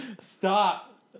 Stop